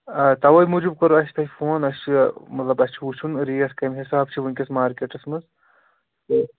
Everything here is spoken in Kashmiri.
آ تَوے موٗجوٗب کوٚر اَسہِ تۄہہِ فون اَسہِ چھُ مطلب اَسہِ چھُ وُچھُن ریٹ کمہِ حِسابہٕ چھِ وُنکیٚس مارکیٚٹس منٛز